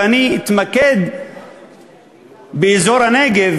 ואני אתמקד באזור הנגב,